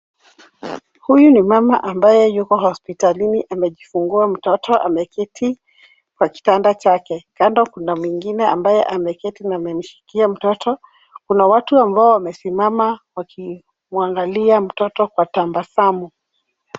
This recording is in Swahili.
Huyu ni mama ambaye yuko hospitalini amejifungua mtoto ameketi kwa kitanda chake, kando kuna mwingine abaye ameketi na amemshikia mtoto, kuna watu ambao wamesimama wakimwangalia mtoto kwa tabasamu.